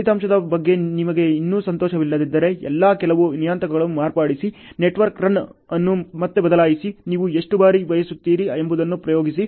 ಫಲಿತಾಂಶದ ಬಗ್ಗೆ ನಿಮಗೆ ಇನ್ನೂ ಸಂತೋಷವಿಲ್ಲದಿದ್ದರೆ ಎಲ್ಲಾ ಕೆಲವು ನಿಯತಾಂಕಗಳನ್ನು ಮಾರ್ಪಡಿಸಿ ನೆಟ್ವರ್ಕ್ ರನ್ ಅನ್ನು ಮತ್ತೆ ಬದಲಾಯಿಸಿ ನೀವು ಎಷ್ಟು ಬಾರಿ ಬಯಸುತ್ತೀರಿ ಎಂಬುದನ್ನು ಪ್ರಯೋಗಿಸಿ